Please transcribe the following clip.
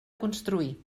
construir